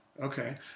Okay